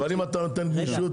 אבל אם אתה נותן גמישות,